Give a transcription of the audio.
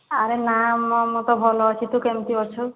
ଆରେ ନା ମୁଁ ତ ଭଲ ଅଛି ତୁ କେମିତି ଅଛୁ